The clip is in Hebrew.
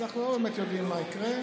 אז אנחנו לא באמת יודעים מה יקרה.